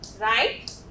right